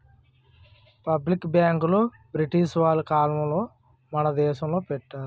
public బ్యాంకులు British వాళ్ళ కాలంలోనే మన దేశంలో పెట్టారు